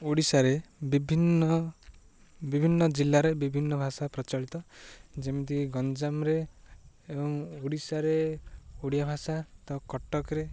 ଓଡ଼ିଶାରେ ବିଭିନ୍ନ ବିଭିନ୍ନ ଜିଲ୍ଲାରେ ବିଭିନ୍ନ ଭାଷା ପ୍ରଚଳିତ ଯେମିତି ଗଞ୍ଜାମରେ ଏବଂ ଓଡ଼ିଶାରେ ଓଡ଼ିଆ ଭାଷା ତ କଟକରେ